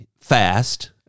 fast